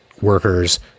workers